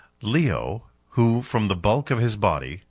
leo, who, from the bulk of his body,